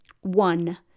One